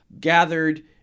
gathered